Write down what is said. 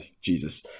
Jesus